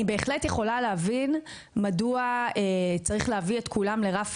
אני בהחלט יכולה להבין מדוע צריך להביא את כולם לרף